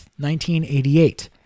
1988